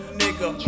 nigga